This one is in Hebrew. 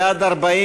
40 בעד,